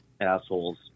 assholes